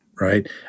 right